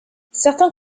certains